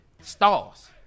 stars